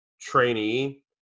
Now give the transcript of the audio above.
trainee